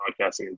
podcasting